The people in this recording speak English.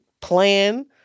plan